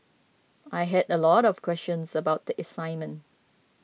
I had a lot of questions about the assignment